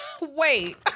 Wait